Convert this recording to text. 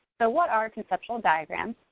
so, what are conceptual diagrams?